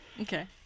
Okay